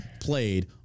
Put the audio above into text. played